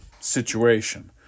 situation